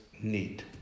need